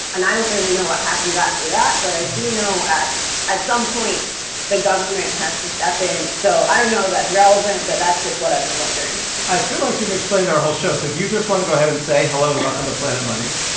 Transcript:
and i don't really know what happens after that, but i do know at at some point the government has to step in. so i don't know if relevant, but that's just what i've been wondering i feel like you've explained our whole show. so do you just want to go ahead and say hello and welcome to planet money?